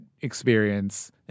experience